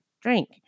drink